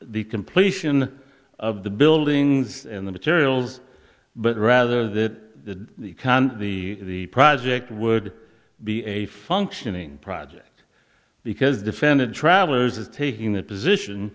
the completion of the buildings and the materials but rather that the canned the project would be a functioning project because defended travelers are taking that position